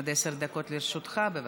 עד עשר דקות לרשותך, בבקשה.